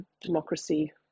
democracy